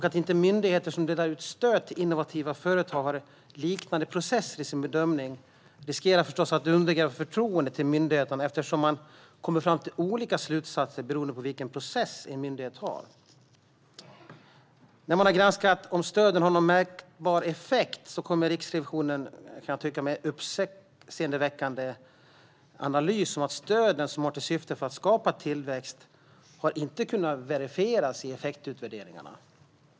Att myndigheter som delar ut stöd till innovativa företag inte har liknande processer för sin bedömning riskerar förstås att undergräva förtroendet för myndigheterna eftersom man kan komma fram till olika slutsatser beroende på vilken process en myndighet har. När man har granskat om stöden haft någon mätbar effekt kommer Riksrevisionen med den uppseendeväckande analysen att stöden, som har till syfte att skapa tillväxt, inte har kunnat verifieras i effektutvärderingarna.